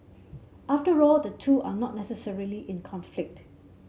after all the two are not necessarily in conflict